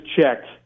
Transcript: checked